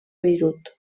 beirut